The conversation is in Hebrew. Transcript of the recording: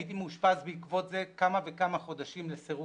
הייתי מאושפז בעקבות זה כמה וכמה חודשים לסירוגין,